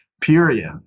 period